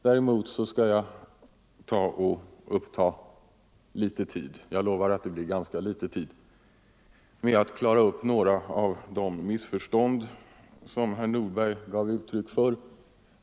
Däremot skall jag uppta litet tid — jag lovar att fatta mig kort — med att klara upp några av de missförstånd som herr Nordberg gav uttryck för.